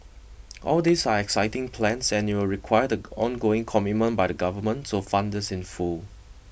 all these are exciting plans and it will require the ongoing commitment by the government to fund this in full